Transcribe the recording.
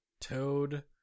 Toad